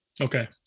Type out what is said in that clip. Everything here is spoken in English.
Okay